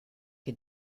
che